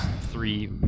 three